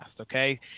okay